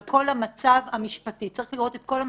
על כל המצב המשפטי.